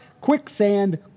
quicksand